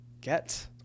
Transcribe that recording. get